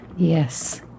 Yes